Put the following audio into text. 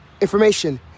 information